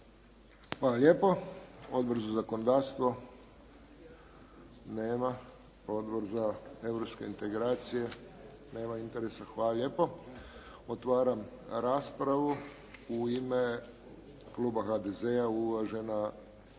Hvala lijepo. Odbor za zakonodavstvo? Nema. Odbor za europske integracije? Nema interesa. Hvala lijepo. Otvaram raspravu. U ime kluba HDZ-a uvažena kolegica